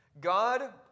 God